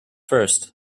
first